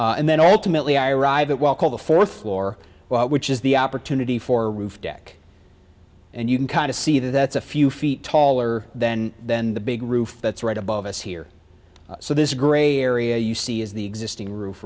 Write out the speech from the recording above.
street and then all to milly i arrive at well call the fourth floor which is the opportunity for roof deck and you can kind of see that that's a few feet taller than than the big roof that's right above us here so this gray area you see is the existing roof